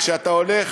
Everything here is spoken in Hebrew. כשאתה הולך